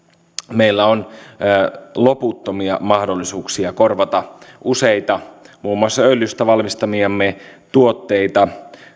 meillä on loputtomia mahdollisuuksia korvata useita muun muassa öljystä valmistamiamme tuotteita